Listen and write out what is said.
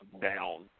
Down